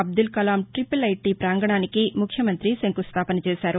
అబ్దుల్కలాం టీపుల్ ఐటీ పాంగణానికి ముఖ్యమంతి శంకుస్టాపన చేశారు